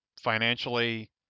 financially